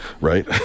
right